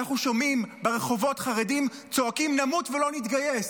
אנחנו שומעים ברחובות חרדים צועקים: נמות ולא נתגייס,